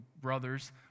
brothers